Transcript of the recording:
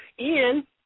Ian